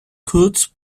curt